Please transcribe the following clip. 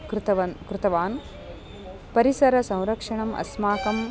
कृतवान् कृतवान् परिसरसंरक्षणम् अस्माकं